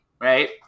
right